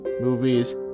movies